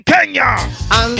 Kenya